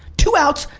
two outs.